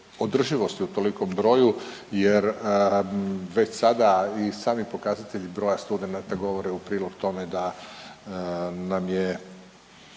održivosti, o tolikom broju jer već sada i sami pokazatelji broja studenata govore u prilog tome da nam je